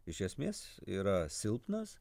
iš esmės yra silpnas